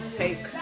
take